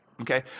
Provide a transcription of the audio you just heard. Okay